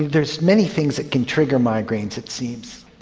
there's many things that can trigger migraines, it seems.